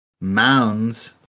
Mounds